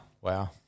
Wow